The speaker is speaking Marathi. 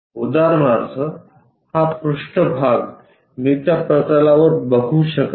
उदाहरणार्थ हा पृष्ठभाग मी त्या प्रतलावर बघू शकत नाही